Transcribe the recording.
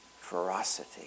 ferocity